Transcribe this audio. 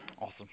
Awesome